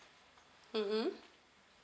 mmhmm